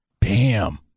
bam